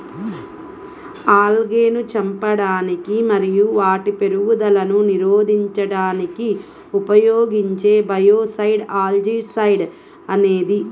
ఆల్గేను చంపడానికి మరియు వాటి పెరుగుదలను నిరోధించడానికి ఉపయోగించే బయోసైడ్ ఆల్జీసైడ్ అనేది